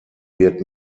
wird